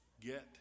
get